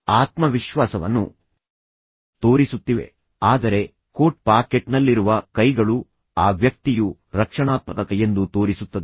ಆತ್ಮವಿಶ್ವಾಸವನ್ನು ತೋರಿಸುತ್ತಿವೆ ಆದರೆ ಕೋಟ್ ಪಾಕೆಟ್ನಲ್ಲಿರುವ ಕೈಗಳು ಆ ವ್ಯಕ್ತಿಯು ರಕ್ಷಣಾತ್ಮಕ ಎಂದು ತೋರಿಸುತ್ತದೆ